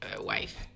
wife